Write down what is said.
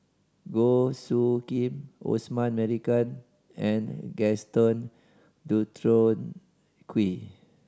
Goh Soo Khim Osman Merican and Gaston Dutronquoy